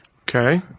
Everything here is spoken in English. Okay